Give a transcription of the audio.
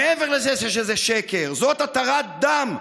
מעבר לזה שזה שקר, זאת התרת דם.